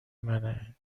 منه